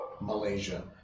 Malaysia